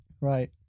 right